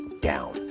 down